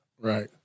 Right